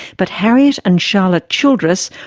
but harriet and charlotte childress,